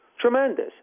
Tremendous